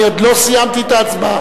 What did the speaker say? אני עוד לא סיימתי את ההצבעה.